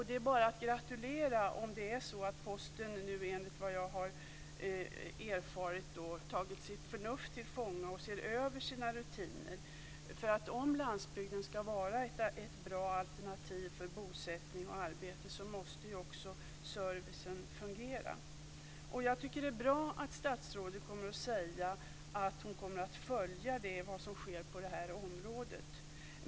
Det är bara att gratulera om Posten nu har tagit sitt förnuft till fånga och ser över sina rutiner. Om landsbygden ska vara ett bra alternativ för bosättning och arbete måste också servicen fungera. Det är bra att statsrådet kommer att följa vad som sker på området.